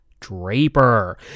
Draper